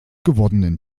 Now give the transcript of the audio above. gewordenen